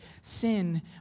sin